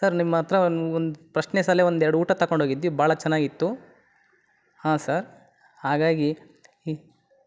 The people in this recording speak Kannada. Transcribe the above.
ಸರ್ ನಿಮ್ಮ ಹತ್ತಿರ ಒಂದು ಒಂದು ಪಸ್ಟ್ನೇ ಸಲ ಒಂದು ಎರಡು ಊಟ ತಗಂಡ್ ಹೋಗಿದ್ವಿ ಭಾಳ ಚೆನ್ನಾಗಿತ್ತು ಹಾಂ ಸರ್ ಹಾಗಾಗಿ